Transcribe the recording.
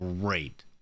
great